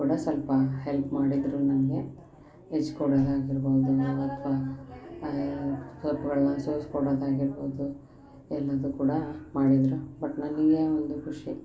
ಕೂಡ ಸ್ವಲ್ಪ ಹೆಲ್ಪ್ ಮಾಡಿದ್ರು ನಮಗೆ ಹೆಚ್ಚಿ ಕೊಡದು ಆಗಿರ್ಬೋದು ತರಕಾರಿನ ಸೊಪ್ಗಳ್ನ ಸೋಸಿ ಕೊಡದು ಆಗಿರ್ಬೋದು ಎಲ್ಲದು ಕೂಡಾ ಮಾಡಿದ್ದರು ಬಟ್ ನನಗೆ ಒಂದು ಖುಷಿ